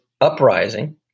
uprising